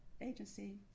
agency